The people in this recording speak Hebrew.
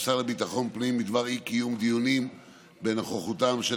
והשר לביטחון פנים בדבר אי-קיום דיונים בנוכחותם של